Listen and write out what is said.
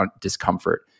discomfort